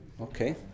okay